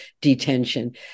detention